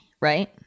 right